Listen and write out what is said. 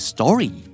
Story